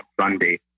Sunday